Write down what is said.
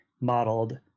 modeled